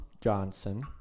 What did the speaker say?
Johnson